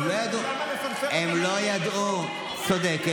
אז בוא ונקרא להם.